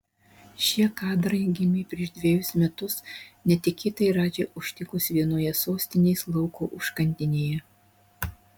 šie kadrai gimė prieš dvejus metus netikėtai radži užtikus vienoje sostinės lauko užkandinėje